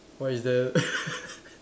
why is there